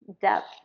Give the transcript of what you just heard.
depth